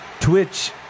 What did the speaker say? Twitch